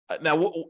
Now